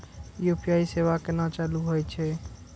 UPI सेवा केना चालू है छै?